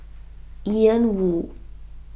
Ian Woo